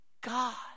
God